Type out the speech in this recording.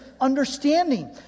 understanding